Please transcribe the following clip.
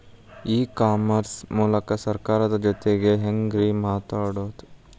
E commerce ಮೂಲಕ ಸರ್ಕಾರದ ಜೊತಿಗೆ ಹ್ಯಾಂಗ್ ರೇ ಮಾತಾಡೋದು?